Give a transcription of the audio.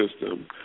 system